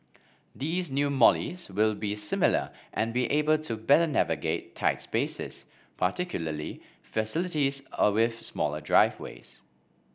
these new Mollies will be similar and be able to better navigate tight spaces particularly facilities with smaller driveways